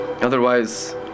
Otherwise